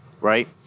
right